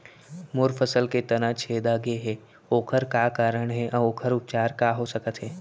मोर फसल के तना छेदा गेहे ओखर का कारण हे अऊ ओखर उपचार का हो सकत हे?